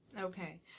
Okay